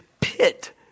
pit